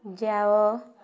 ଯାଅ